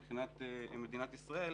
מבחינת מדינת ישראל,